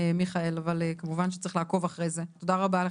נבקש לעקוב אחרי זה, תודה.